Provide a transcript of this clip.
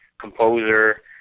composer